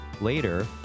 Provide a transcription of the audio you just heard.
Later